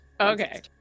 okay